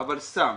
אבל סם.